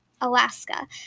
Alaska